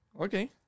Okay